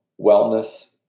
wellness